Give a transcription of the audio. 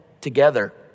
together